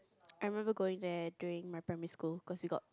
I remember going there during my primary school cause we got